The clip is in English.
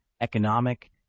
economic